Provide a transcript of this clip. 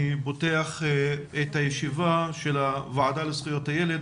אני פותח את הישיבה של הוועדה לזכויות הילד,